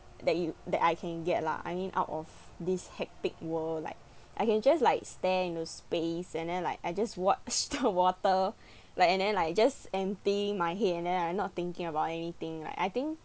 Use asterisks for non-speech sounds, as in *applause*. that you that I can get lah I mean out of this hectic world like I can just like stand in those space and then like I just watch *laughs* the water *breath* like and then like just emptying my head and then I'm not thinking about anything like I think